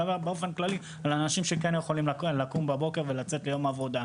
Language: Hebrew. אני מדבר באופן כללי על אנשים שכן יכולים לקום בבוקר ולצאת ליום עבודה.